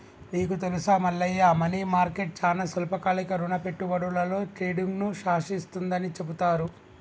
నీకు తెలుసా Mallaiah money market చానా స్వల్పకాలిక రుణ పెట్టుబడులలో ట్రేడింగ్ను శాసిస్తుందని చెబుతారు